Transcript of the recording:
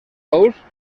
ous